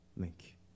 Link